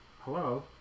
Hello